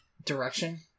Direction